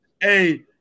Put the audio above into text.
Hey